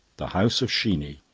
the house of sheeny,